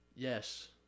Yes